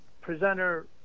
presenter